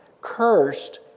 Cursed